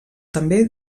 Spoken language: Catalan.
també